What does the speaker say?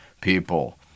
people